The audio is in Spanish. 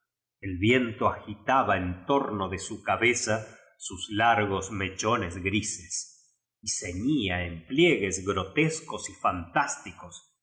el viento agitaba en torno de au cabeza sus largos mechones grises y ceñía en plie gues grotescos y fantástico